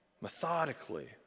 methodically